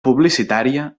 publicitària